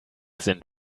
sind